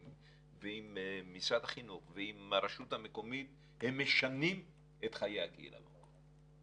ועם משרד החינוך ועם הרשות המקומית זה משנה את חיי הקהילה במקום.